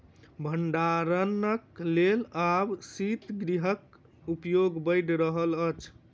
भंडारणक लेल आब शीतगृहक उपयोग बढ़ि रहल अछि